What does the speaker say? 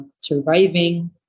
surviving